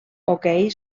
hoquei